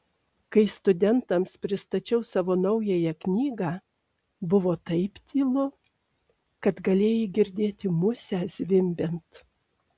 kai studentams pristačiau savo naująją knygą buvo taip tylu kad galėjai girdėti musę zvimbiant